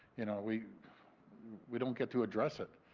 you know, we we don't get to address it.